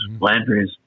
Landry's